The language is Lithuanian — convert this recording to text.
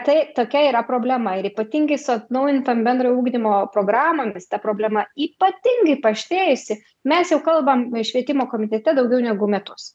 tai tokia yra problema ir ypatingai su atnaujintom bendro ugdymo programomis ta problema ypatingai paaštrėjusi mes jau kalbam švietimo komitete daugiau negu metus